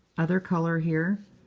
other color here.